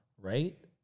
Right